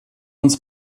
uns